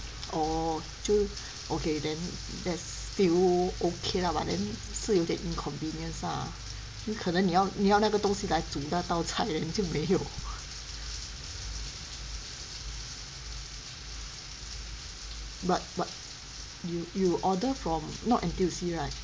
oh 就 okay then that's still okay lah but then 是有一点 inconvenience ah 因为可能你要你要那个东西来煮那道菜 then 你就没有